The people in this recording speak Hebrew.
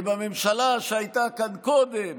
כי בממשלה שהייתה כאן קודם